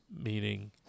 meaning